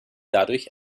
dadurch